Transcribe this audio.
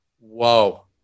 whoa